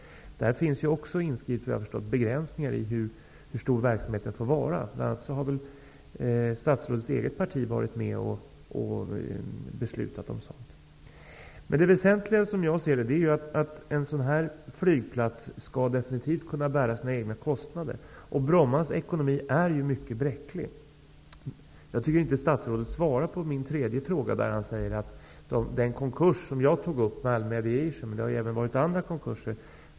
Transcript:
Men vad jag har förstått finns begränsningar i verksamheten inskrivna. Bl.a. statsrådets eget parti har varit med och beslutat om sådana. Det väsentliga är att en flygplats av detta slag definitivt skall kunna bära sina egna kostnader. Brommas ekonomi är mycket bräcklig. Statsrådet svarar inte på min tredje fråga. Jag tog i min interpellation upp Malmö Aviations konkurs. Det har även varit andra konkurser.